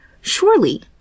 surely